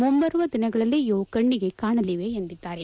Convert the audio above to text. ಮುಂಬರುವ ದಿನಗಳಲ್ಲಿ ಇವು ಕಣ್ಣಿಗೆ ಕಾಣಲಿವೆ ಎಂದಿದ್ದಾರೆ